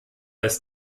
ist